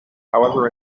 however